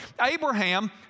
Abraham